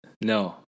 No